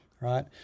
right